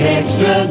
extra